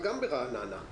גם מרעננה.